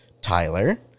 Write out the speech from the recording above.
Tyler